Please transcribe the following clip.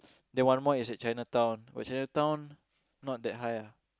then one more is at Chinatown but Chinatown not that high ah